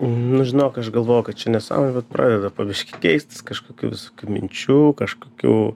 nu žinok aš galvojau kad čia nesąmonė bet pradeda po biškį keistis kažkokių visokių minčių kažkokių